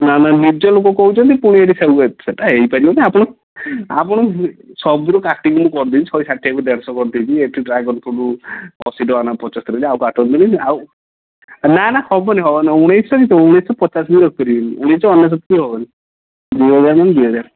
ନା ନା ନିଜ ଲୁକ କହୁଛନ୍ତି ପୁଣି ଏଟି ସେଉ ରେଟ୍ ସେଟା ହେଇପାରିବନି ଆପଣ ଆପଣଙ୍କୁ ସବୁରୁ କାଟିକି ମୁଁ କରିଦେନି ଶହେ ଷାଠିଏକୁ ଦେଢ଼ଶହ କରିଦେଇଛି ଏଠି ଡ୍ରାଗନ୍ ଫ୍ରୁଟ୍ ଅଶୀ ଟଙ୍କା ଲେଖାଁ ପଞ୍ଚସ୍ତରୀ ଟଙ୍କା ନା ଆଉ କାଟନ୍ତୁନି ନା ନା ହେବନି ହେବନି ଉଣେଇଶହ କିସ ଉଣେଇଶହ ପଚାଶ ବି ମୁଁ ରଖିପାରିବିନି ଉଣେଇଶ ଅନେଶ୍ୱତ ବି ହେବନି ଦୁଇ ହଜାର ମାନେ ଦୁଇ ହଜାର